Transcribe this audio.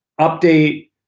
update